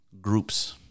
groups